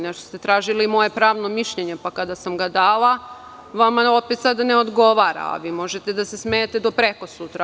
Nešto ste tražili moje pravno mišljenje, pa kada sam ga dala vama opet sad ne odgovara, a vi možete da se smejete do prekosutra.